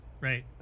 Right